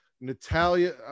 natalia